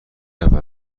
اول